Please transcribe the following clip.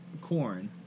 corn